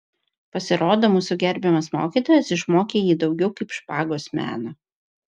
pasirodo mūsų gerbiamas mokytojas išmokė jį daugiau kaip špagos meno